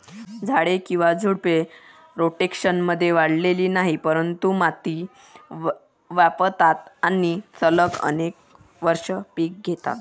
झाडे किंवा झुडपे, रोटेशनमध्ये वाढलेली नाहीत, परंतु माती व्यापतात आणि सलग अनेक वर्षे पिके घेतात